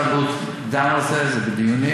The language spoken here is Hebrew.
משרד הבריאות דן על זה, זה בדיונים.